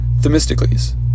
Themistocles